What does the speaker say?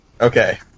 Okay